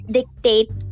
dictate